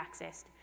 accessed